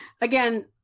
again